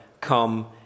come